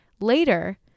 Later